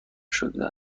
شده